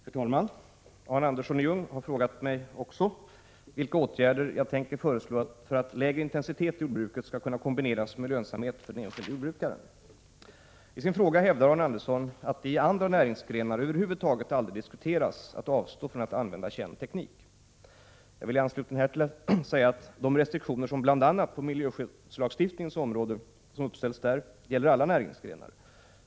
Herr talman! Arne Andersson i Ljung har också frågat mig vilka åtgärder jag tänker föreslå för att lägre intensitet i jordbruket skall kunna kombineras med lönsamhet för den enskilde jordbrukaren. I sin fråga hävdar Arne Andersson att det i andra näringsgrenar över huvud taget aldrig diskuteras att avstå från att använda känd teknik. Jag vill i anslutning härtill framhålla att de restriktioner som bl.a. miljöskyddslagstiftningen uppställer gäller alla näringsgrenar.